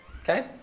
Okay